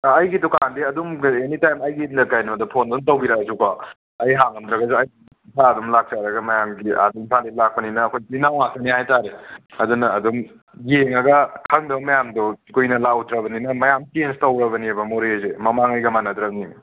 ꯑꯩꯒꯤ ꯗꯨꯀꯥꯟꯗꯤ ꯑꯗꯨꯝ ꯂꯩ ꯑꯦꯅꯤꯇꯥꯏꯝ ꯑꯩꯒꯤꯅꯦ ꯀꯩꯅꯣꯗ ꯐꯣꯟꯗ ꯑꯗꯨꯝ ꯇꯧꯕꯤꯔꯛꯑꯁꯨꯀꯣ ꯑꯩ ꯍꯥꯡꯉꯝꯗ꯭ꯔꯒꯁꯨ ꯑꯩ ꯏꯁꯥ ꯑꯗꯨꯝ ꯂꯥꯛꯆꯔꯒ ꯃꯌꯥꯝꯒꯤ ꯑꯥꯗ ꯏꯝꯐꯥꯜꯗꯒꯤ ꯂꯥꯛꯄꯅꯤꯅ ꯑꯩꯈꯣꯏ ꯏꯆꯤꯟ ꯏꯅꯥꯎ ꯉꯥꯛꯇꯅꯤ ꯍꯥꯏ ꯇꯥꯔꯦ ꯑꯗꯨꯅ ꯑꯗꯨꯝ ꯌꯦꯡꯉꯒ ꯈꯪꯗꯕ ꯃꯌꯥꯝꯗꯣ ꯀꯨꯏꯅ ꯂꯥꯛꯎꯗ꯭ꯔꯕꯅꯤꯅ ꯃꯌꯥꯝ ꯆꯦꯟꯁ ꯇꯧꯈ꯭ꯔꯕꯅꯦꯕ ꯃꯣꯔꯦꯁꯦ ꯃꯃꯥꯡꯉꯩꯒ ꯃꯥꯟꯅꯗ꯭ꯔꯕꯅꯦ